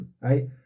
Right